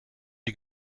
die